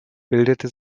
bildete